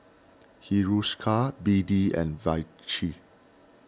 Hiruscar B D and Vichy